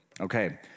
okay